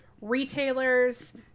retailers